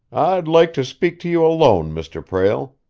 i'd like to speak to you alone, mr. prale.